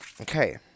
Okay